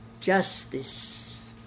Justice